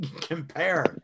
compare